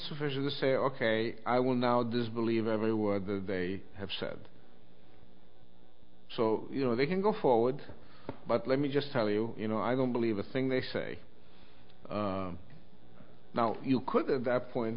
sufficient to say ok i will now this believe every word they have said so you know they can go forward but let me just tell you you know i don't believe a thing they say now you could at that point